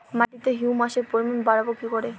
মাটিতে হিউমাসের পরিমাণ বারবো কি করে?